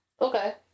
Okay